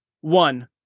One